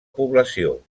població